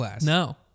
No